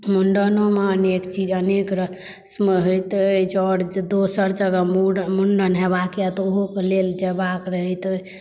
मुंडनो मे अनेक चीज अनेक रस्म होइत अछि आओर जे दोसर जगह मुंडन हेबाक यऽ तऽ ओहोकेँ लेल जयबाक रहैत अछि